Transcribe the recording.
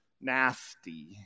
nasty